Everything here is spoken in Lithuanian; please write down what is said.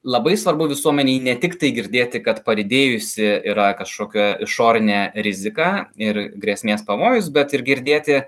labai svarbu visuomenei ne tiktai girdėti kad padidėjusi yra kažkokia išorinė rizika ir grėsmės pavojus bet ir girdėti